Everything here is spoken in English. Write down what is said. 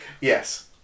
Yes